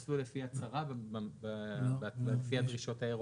את מסלול לפי הצהרה ויש מסלול לפי הצהרה לפי הדרישות האירופיות.